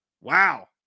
wow